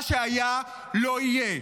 מה שהיה לא יהיה.